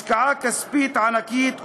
השקעה כספית ענקית,